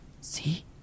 See